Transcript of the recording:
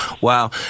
Wow